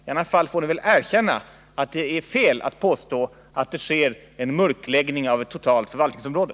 I annat fall får ni väl erkänna att det är fel att påstå att det sker en mörkläggning av ett helt förvaltningsområde.